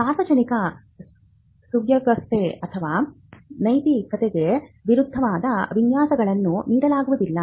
ಸಾರ್ವಜನಿಕ ಸುವ್ಯವಸ್ಥೆ ಅಥವಾ ನೈತಿಕತೆಗೆ ವಿರುದ್ಧವಾದ ವಿನ್ಯಾಸಗಳನ್ನು ನೀಡಲಾಗುವುದಿಲ್ಲ